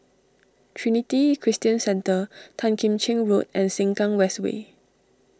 Trinity Christian Centre Tan Kim Cheng Road and Sengkang West Way